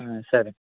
సరే